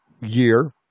year